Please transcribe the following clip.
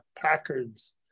Packards